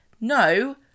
no